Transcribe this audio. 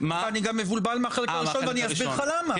אני מבולבל גם מהחלק הראשון ואני אסביר למה?